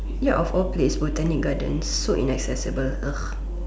yet of all place Botanic gardens so inaccessible ugh